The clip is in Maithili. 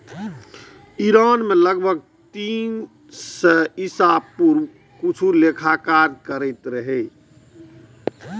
ईरान मे लगभग तीन सय ईसा पूर्व किछु लेखाकार काज करैत रहै